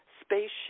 spaceship